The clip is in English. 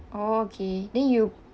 oh okay then you